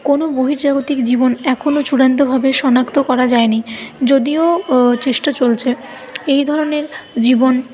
কোনো বহির্জাগতিক জীবন এখনও চূড়ান্তভাবে শনাক্ত করা যায়নি যদিও ও চেষ্টা চলছে এই ধরণের জীবন